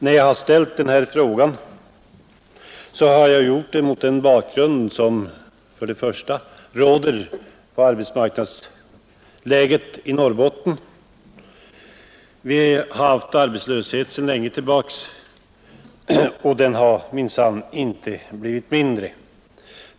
När jag ställde frågan gjorde jag det mot den bakgrund som arbetsmarknadsläget i Norrbotten utgör. Vi har sedan lång tid tillbaka haft arbetslöshet där, och den har minsann inte blivit mindre.